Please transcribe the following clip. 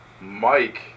Mike